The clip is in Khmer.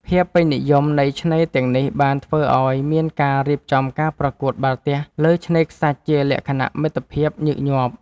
ភាពពេញនិយមនៃឆ្នេរទាំងនេះបានធ្វើឱ្យមានការរៀបចំការប្រកួតបាល់ទះលើឆ្នេរខ្សាច់ជាលក្ខណៈមិត្តភាពញឹកញាប់។